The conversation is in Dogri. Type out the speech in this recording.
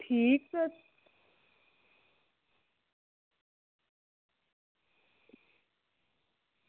ठीक